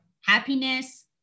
happiness